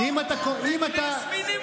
במאסר זה טוב, אבל קנס מינימום לא?